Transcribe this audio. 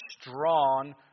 strong